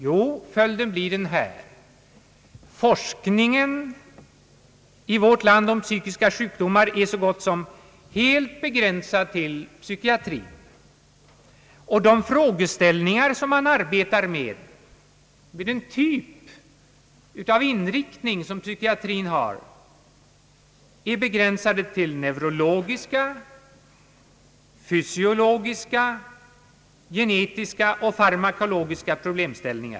Jo, följden blir att forskningen i vårt land om psykiska sjukdomar blir så gott som helt begränsad till psykiatrin. De problem som man arbetar med har den inriktning som psykiatrin har. Forskningen är begränsad till neurologiska, fysiologiska, genetiska och farmakologiska problem.